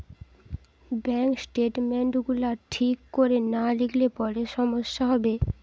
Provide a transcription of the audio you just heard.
bank statement গুলা ঠিক কোরে না লিখলে পরে সমস্যা হবে